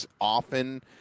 often